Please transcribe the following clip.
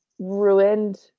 Ruined